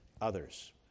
others